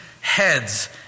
heads